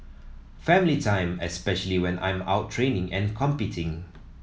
family time especially when I'm out training and competing